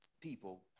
people